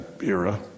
era